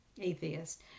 atheist